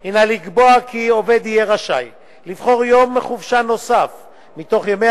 סעיף 6 לחוק קובע כי החופשה השנתית תינתן בחודש האחרון של שנת